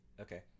Okay